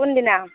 কোনদিনা